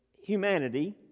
humanity